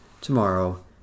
tomorrow